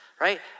right